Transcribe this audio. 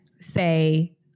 say